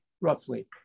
roughly